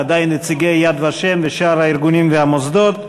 ודאי נציגי "יד ושם" ושאר הארגונים והמוסדות.